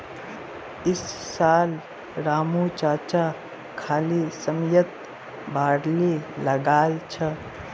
इस साल रामू चाचा खाली समयत बार्ली लगाल छ